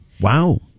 Wow